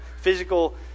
physical